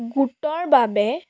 গোটৰ বাবে